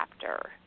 chapter